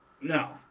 No